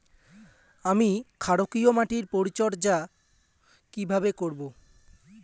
আমি ক্ষারকীয় মাটির পরিচর্যা কিভাবে করব?